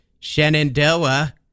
Shenandoah